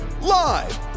Live